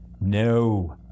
No